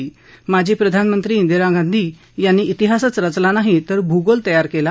माजी प्रधानमंत्री इंदिरा गांधी यांनी इतिहासच रचला नाही तर भूगोल तयार केला